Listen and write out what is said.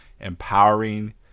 empowering